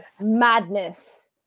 Madness